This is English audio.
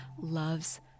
loves